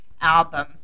album